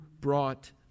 brought